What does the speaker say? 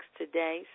today